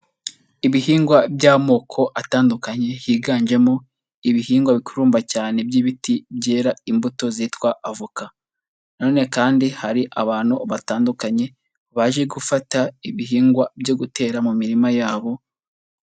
Ibihingwa by'amoko atandukanye higanjemo ibihingwa bikurumba cyane by'ibiti, byera imbuto zitwa avoka, na none kandi hari abantu batandukanye baje gufata ibihingwa byo gutera mu mirima yabo.